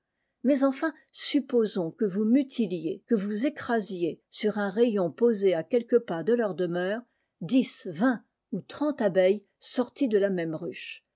mais enfin supposons que vous mutiliez que vous écrasiez sur un rayon posé à quelques pas de leur demeure dix vingt ou trente abeilles sorties de la même ruche